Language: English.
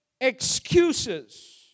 excuses